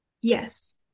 Yes